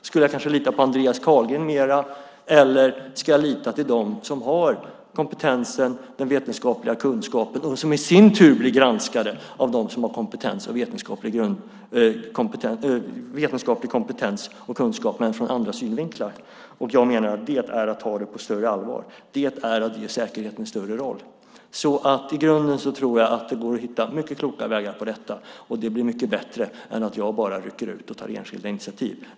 Skulle jag kanske lita mer på Andreas Carlgren? Eller ska jag lita till dem som har kompetensen och den vetenskapliga kunskapen och som i sin tur blir granskade av dem som har vetenskaplig kompetens och kunskap, men från andra synvinklar? Jag för min del menar att det sistnämnda är att ta det på större allvar. Det är att ge säkerheten större roll. I grunden tror jag att det går att hitta mycket kloka vägar för detta. Det blir mycket bättre än om jag rycker ut och tar enskilda initiativ.